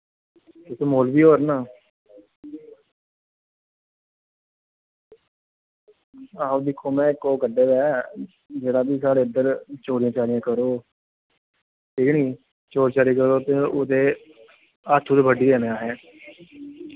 इक मौलबी होर न हां में दिक्खो इक ओह् कड्ढे दा ऐ जेह्ड़ा बी साढ़ै इध्दर चोरी चारी करग ठीक ऐ नी चोरी चारी करग ते ओह्दे हत्थ गै बड्ढी ओड़नें असैं